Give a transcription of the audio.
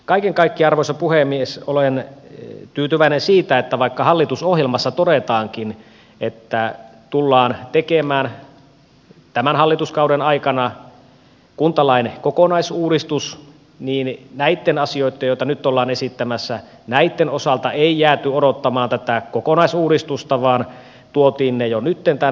kaiken kaikkiaan arvoisa puhemies olen tyytyväinen siihen että vaikka hallitusohjelmassa todetaankin että tullaan tekemään tämän hallituskauden aikana kuntalain kokonaisuudistus niin näitten asioitten joita nyt ollaan esittämässä osalta ei jääty odottamaan tätä kokonaisuudistusta vaan tuotiin ne jo nyt tänne